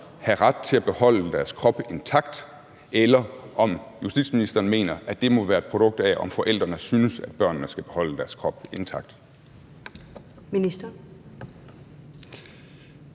have ret til at beholde deres krop intakt, eller om justitsministeren mener, at det må være et produkt af, om forældrene synes, at børnene skal beholde deres krop intakt. Kl.